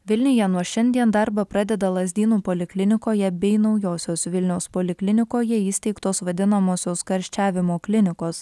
vilniuje nuo šiandien darbą pradeda lazdynų poliklinikoje bei naujosios vilnios poliklinikoje įsteigtos vadinamosios karščiavimo klinikos